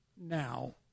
now